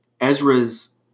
Ezra's